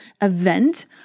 event